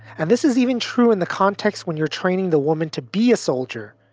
and this is even true in the context when you're training the woman to be a soldier,